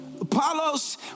Apollo's